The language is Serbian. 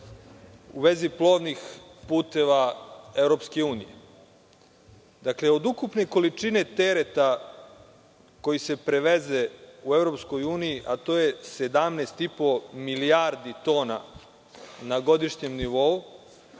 u vezi plovnih puteva EU. Od ukupne količine tereta koji se preveze u EU, a to je 17,5 milijardi tona na godišnjem nivou,